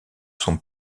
son